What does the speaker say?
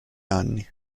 anni